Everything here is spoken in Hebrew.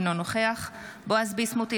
אינו נוכח בועז ביסמוט,